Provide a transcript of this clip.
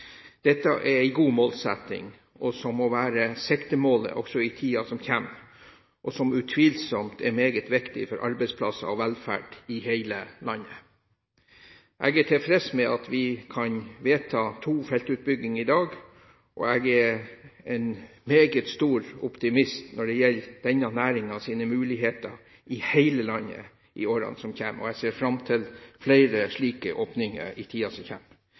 Dette er en god målsetting, som må være siktemålet også i tiden som kommer, og som utvilsomt er meget viktig for arbeidsplasser og velferd i hele landet. Jeg er tilfreds med at vi kan vedta to feltutbygginger i dag, og jeg er en meget stor optimist når det gjelder denne næringens muligheter i hele landet i årene som kommer. Jeg ser fram til flere slike åpninger i tiden som